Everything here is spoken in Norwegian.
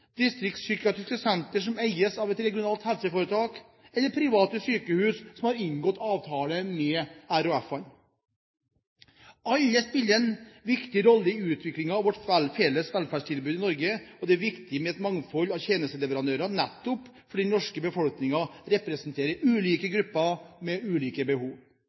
distriktspsykiatriske sentre som eies av et regionalt helseforetak, og private sykehus som har inngått avtale med de regionale helseforetakene. Alle spiller en viktig rolle i utviklingen av vårt felles velferdstilbud i Norge, og det er viktig med et mangfold av tjenesteleverandører nettopp fordi den norske befolkningen representerer ulike grupper med ulike behov.